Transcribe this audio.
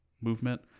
Movement